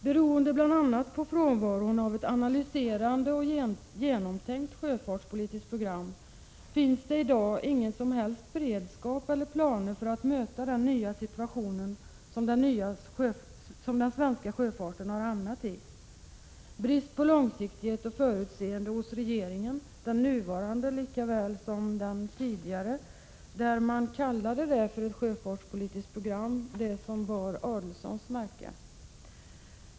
Beroende bl.a. på frånvaron av ett analyserande och genomtänkt sjöfartspolitiskt program finns det i dag ingen som helst beredskap eller planer för att möta den nya situation som den svenska sjöfarten har hamnat i. Detta visar brist på långsiktighet och förutseende hos regeringen, den nuvarande lika väl som den tidigare, där man kallade det för ett sjöfartspolitiskt program som bar Adelsohns märke.